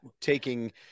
taking